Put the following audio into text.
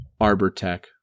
Arbortech